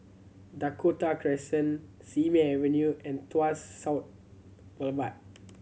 Dakota Crescent Simei Avenue and Tuas South Boulevard